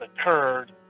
occurred